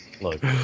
Look